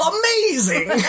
Amazing